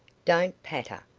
don't patter.